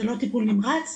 זה לא טיפול נמרץ.